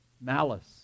malice